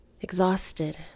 exhausted